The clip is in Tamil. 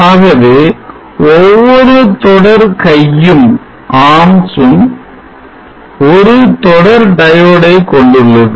ஆகவே ஒவ்வொரு தொடர் கை யும் ஒரு தொடர் diode ஐ கொண்டுள்ளது